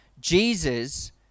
Jesus